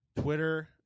Twitter